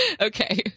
Okay